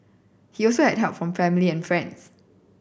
he also had help from family and friends